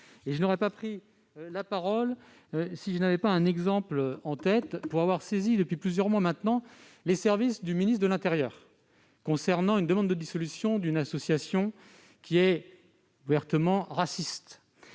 Je n'aurais pas pris la parole si je n'avais pas un exemple précis en tête. J'ai en effet saisi depuis plusieurs mois maintenant les services du ministre de l'intérieur d'une demande de dissolution d'une association ouvertement raciste,